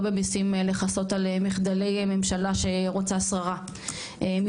לא במיסים לכסות על מחדלי ממשלה שרוצה שררה,